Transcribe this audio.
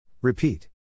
Repeat